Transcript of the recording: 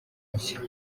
nshya